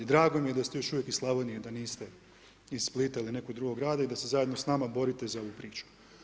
Drago mi je da ste još uvijek iz Slavonije, da niste iz Splita ili nekog drugog grada i da se zajedno s nama borite za ovu priču.